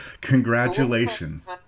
congratulations